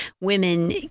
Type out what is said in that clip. women